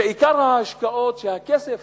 שעיקר ההשקעות, שהכסף